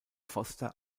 foster